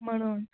म्हणून